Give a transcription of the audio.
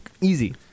Easy